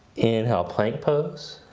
inhale plank pose,